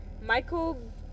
Michael